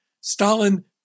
Stalin